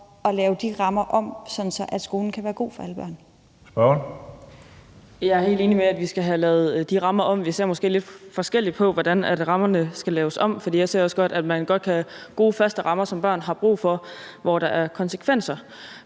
Spørgeren. Kl. 15:42 Helena Artmann Andresen (LA): Jeg er helt enig i, at vi skal have lavet de rammer om. Vi ser måske lidt forskelligt på, hvordan rammerne skal laves om. For jeg synes godt, at man kan have gode faste rammer, som børn har brug for, og hvor der er konsekvenser.